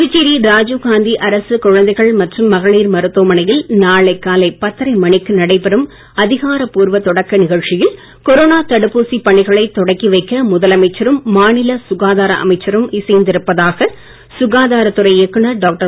புதுச்சேரி ராஜீவ் காந்தி அரசு குழந்தைகள் மகளிர் மருத்துவமனையில் நாளை காலை பத்தரை மணிக்கு நடைபெறும் அதிகாரபூர்வ தொடக்க நிகழ்ச்சியில் கொரோனா தடுப்பூசி பணிகளைத் தொடக்கிவைக்க முதலமைச்சரும் மாநில சுகாதார அமைச்சரும் இசைந்திருப்பதாக சுகாதாரத் துறை இயக்குனர் டாக்டர்